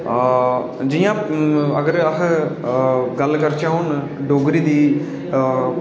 जि'यां अगर अस गल्ल करचै हुन डोगरी दी